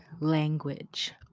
language